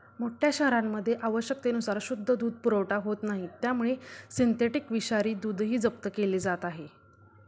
मोठ्या शहरांमध्ये आवश्यकतेनुसार शुद्ध दूध पुरवठा होत नाही त्यामुळे सिंथेटिक विषारी दूधही जप्त केले जात आहे